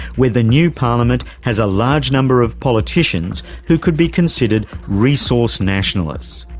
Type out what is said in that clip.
where the new parliament has a large number of politicians who could be considered resource nationalists.